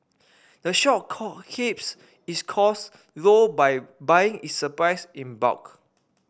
the shop keeps its costs low by buying its supplies in bulk